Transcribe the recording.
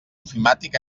ofimàtic